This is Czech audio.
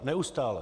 Neustále.